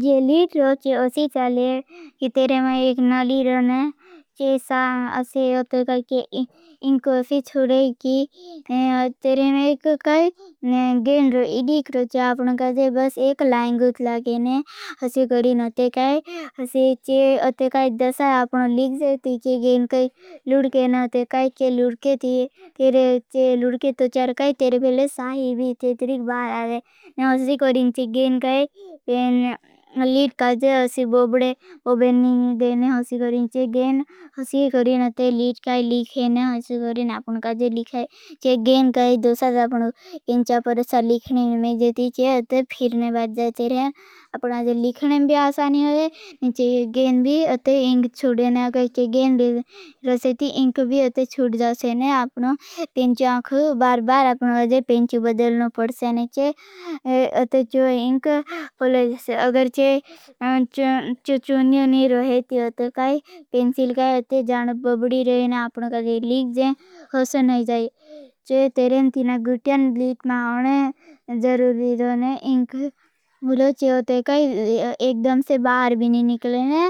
जे लीट रोचे असी चाले। कि तेरे में एक नलीड रोने चे सा। असी अते काई के इंक असी छुड़े की। तेरे में एक काई गेन रो इडिक रोचे। आपनों काई जे बस एक लाइन गुत लागेने। असी करीन अते काई। असी चे अते काई दोसाद आपनों लीट जेती। चे गेन काई लूड़ के न अते काई। चे लूड़ के थी तेरे फिले साही। भी ते तुरिक बाहर आवे, न असी करीन चे गेन काई। पेन लीट काई जे असी बोबडे, बोबेन नीनी देने, असी करीन चे गेन। असी करीन अ चे गेन भी अते इंक छूड़ेना काई। चे गेन डेज़, रसे ती इंक भी अते छूड़ जासेने आपनों, पेंच आख, बार बार। आपनों गए पेंच बदलना पड़सेने चे अते चो इंक पलजासे। अगर चे चुचुन्यो नी रहे थी। अते काई, पेंचिल काई अ बिनी निकलेने,